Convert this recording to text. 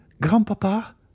grandpapa